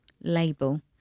label